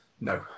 No